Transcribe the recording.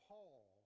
Paul